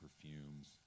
perfumes